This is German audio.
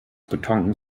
beton